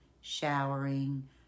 showering